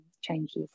changes